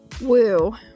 woo